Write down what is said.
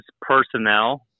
personnel